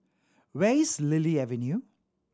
where is Lily Avenue